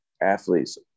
athletes